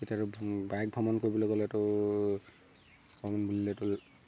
তেতিয়া আৰু বাইক ভ্ৰমণ কৰিবলৈ গ'লেতো ভ্ৰমণ বুলিলেতো